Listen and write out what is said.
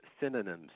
synonyms